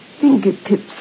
fingertips